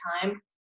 time